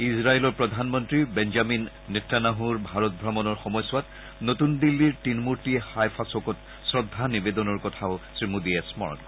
ইজৰাইলৰ প্ৰধানমন্ত্ৰী বেঞ্জামিন নেতান্যাহ্বৰ ভাৰত ভ্ৰমণৰ সময়ছোৱাত নতুন দিল্লীৰ তিনমূৰ্তী হাইফা চ'কত শ্ৰদ্ধা নিবেদনৰ কথাও শ্ৰী মোদীয়ে স্মৰণ কৰে